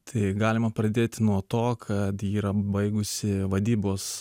tai galima pradėti nuo to kad ji yra baigusi vadybos